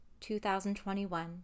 2021